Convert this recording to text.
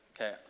Okay